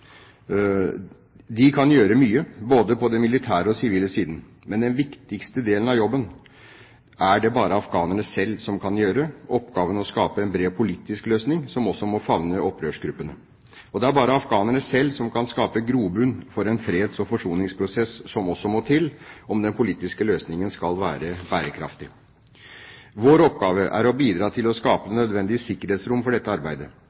De kan gjøre mye, både på den militære og på den sivile siden. Men den viktigste delen av jobben er det bare afghanerne selv som kan gjøre: oppgaven å skape en bred politisk løsning, som også må favne opprørsgruppene. Og det er bare afghanerne selv som kan skape grobunn for en freds- og forsoningsprosess – som også må til, om den politiske løsningen skal være bærekraftig. Vår oppgave er å bidra til å skape det nødvendige sikkerhetsrom for dette arbeidet,